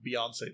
Beyonce